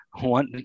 one